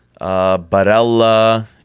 Barella